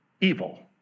evil